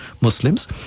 Muslims